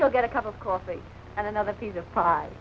go get a cup of coffee and another piece of pie